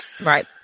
Right